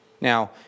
Now